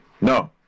no